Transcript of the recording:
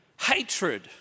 hatred